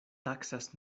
taksas